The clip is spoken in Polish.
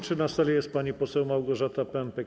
Czy na sali jest pani poseł Małgorzata Pępek?